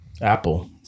apple